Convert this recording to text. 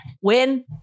win